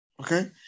okay